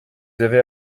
avez